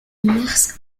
mars